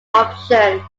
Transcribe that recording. option